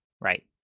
right